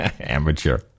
Amateur